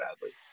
badly